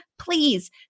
please